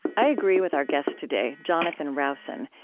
i agree with our guest today, jonathan rowson,